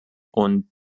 und